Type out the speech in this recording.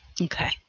Okay